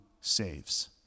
saves